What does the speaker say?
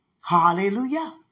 Hallelujah